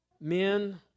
Men